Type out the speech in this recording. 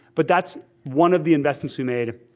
but that's one of the investments you made.